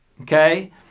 Okay